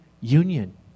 union